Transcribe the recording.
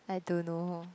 I don't know